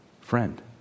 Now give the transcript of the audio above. friend